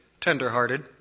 tender-hearted